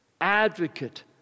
advocate